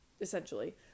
Essentially